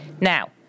Now